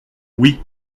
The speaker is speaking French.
oui